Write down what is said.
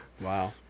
Wow